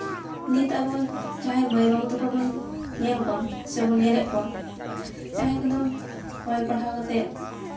ᱱᱤᱛ ᱟᱵᱚ ᱡᱟᱦᱟᱸᱭ ᱢᱟᱹᱭ ᱵᱟᱹᱵᱩ ᱛᱟᱠᱚ ᱵᱚᱱ ᱧᱮᱞ ᱠᱚᱣᱟ ᱥᱮᱵᱚᱱ ᱧᱮᱞᱮᱜ ᱠᱚᱣᱟ ᱡᱟᱦᱟᱸᱭ ᱠᱚᱫᱚ ᱚᱞ ᱯᱟᱲᱦᱟᱣ ᱠᱟᱛᱮᱫ